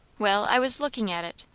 well, i was looking at it,